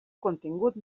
contingut